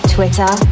Twitter